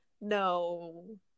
no